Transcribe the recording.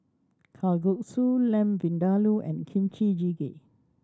Kalguksu Lamb Vindaloo and Kimchi Jjigae